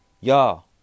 Y'all